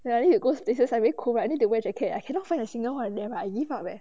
ya then you go places ah very cold right I need to wear jacket I cannot find a single one there right I give up eh